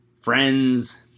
friends